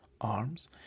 arms